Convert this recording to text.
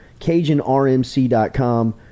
CajunRMC.com